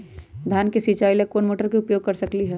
धान के सिचाई ला कोंन मोटर के उपयोग कर सकली ह?